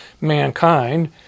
mankind